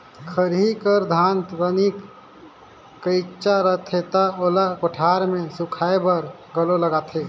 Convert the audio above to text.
खरही कर धान तनिक कइंचा रथे त ओला कोठार मे सुखाए बर घलो लगथे